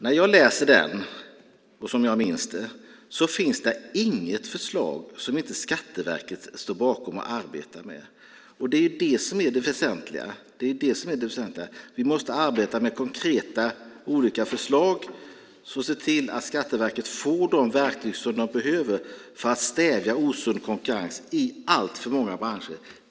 När jag läser den, och som jag minns den, finns det inget förslag som inte Skatteverket står bakom och arbetar med. Det är det som är det väsentliga. Vi måste arbeta med konkreta förslag och se till att Skatteverket får de verktyg som de behöver för att stävja osund konkurrens i alltför många branscher.